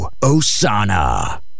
Osana